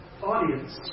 audience